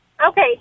Okay